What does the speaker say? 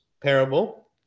parable